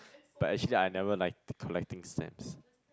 but actually I never like collecting stamps